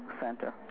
Center